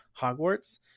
hogwarts